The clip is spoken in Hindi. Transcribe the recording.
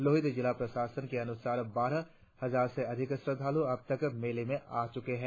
लोहित जिला प्रशासन के अनुसार बारह हजार से अधिक श्रद्धालु अब तक मेले में आ चुके हैं